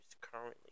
currently